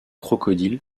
crocodile